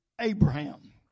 Abraham